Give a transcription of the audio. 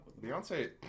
Beyonce